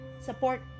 support